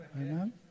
Amen